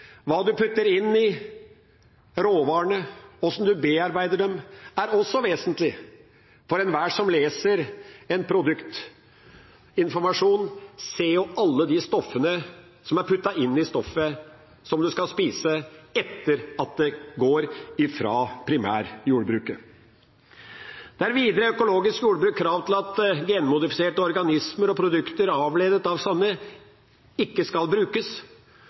Hva du putter inn i råvarene, hvordan du bearbeider dem, er også vesentlig, for enhver som leser en produktinformasjon, ser alle de stoffene som er puttet inn i det en skal spise, etter at det er gått fra primærjordbruket. Det er videre i økologisk jordbruk krav til at genmodifiserte organismer og produkter avledet av sånne ikke skal brukes.